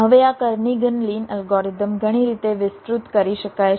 હવે આ Kernighan Lin algorithm ઘણી રીતે વિસ્તૃત કરી શકાય છે